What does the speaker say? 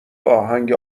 آهنگ